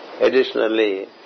additionally